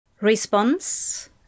Response